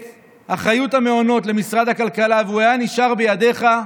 את האחריות למעונות למשרד הכלכלה והיא הייתה נשארת בידיך,